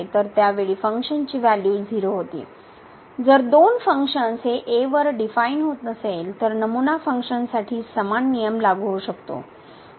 तर त्या वेळी फंक्शनची व्हॅल्यू 0 होती जर दोन फंक्शन्स हे a वर